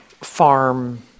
farm